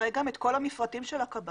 תראה גם את כל המפרטים של הכבאות.